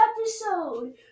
episode